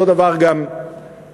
אותו דבר גם בבית-צפאפא.